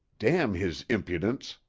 damn his impudence!